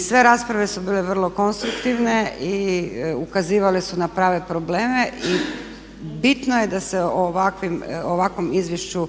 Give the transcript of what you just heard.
sve rasprave su bile vrlo konstruktivne i ukazivale su na prave probleme i bitno je da se o ovakvom izvješću